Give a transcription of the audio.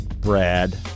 Brad